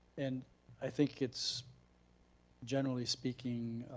and i think it's generally speaking,